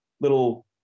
little